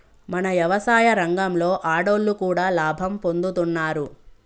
మన యవసాయ రంగంలో ఆడోళ్లు కూడా లాభం పొందుతున్నారు